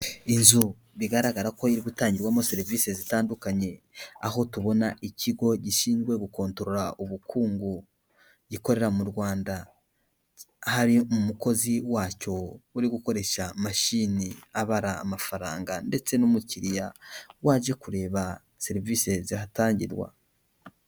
Inzu bigaragara ko yo iri gutangirwamo serivise zitandukanye. Aho tubona ikigo gishinzwe gukontorora ubukungu gikorera mu Rwanda. Hari umukozi wacyo uri gukoresha mashini abara amafaranga, ndetse n'umukiriya waje kureba serivise zihatangirwa.